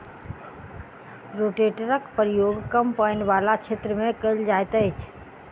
रोटेटरक प्रयोग कम पाइन बला क्षेत्र मे कयल जाइत अछि